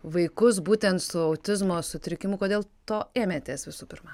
vaikus būtent su autizmo sutrikimu kodėl to ėmėtės visų pirma